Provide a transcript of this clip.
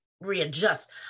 readjust